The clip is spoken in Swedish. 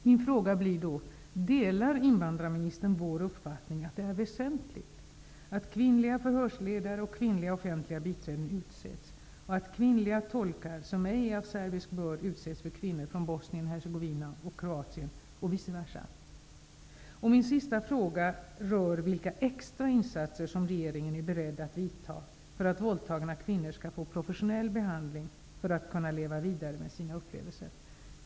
Min fråga blir då: Delar invandrarministern vår uppfattning att det är väsentligt att kvinnliga förhörsledare och kvinnliga offentliga biträden utses och att kvinnliga tolkar som ej är av serbisk börd utses för kvinnor från Bosnien-Hercegovina och Kroatien, och vice versa? Min sista fråga rör vilka extra insatser som regeringen är beredd att vidta för att våldtagna kvinnor skall få professionell behandling för att kunna leva vidare med sina upplevelser.